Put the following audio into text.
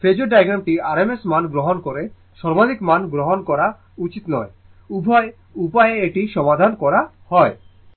কারণ phasor diagram টি rms মান গ্রহণ করে সর্বাধিক মান গ্রহণ করা উচিত নয় উভয় উপায়ে এটি সমাধান করা হয়